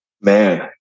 Man